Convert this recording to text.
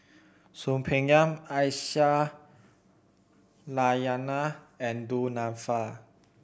Soon Peng Yam Aisyah Lyana and Du Nanfa